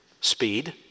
Speed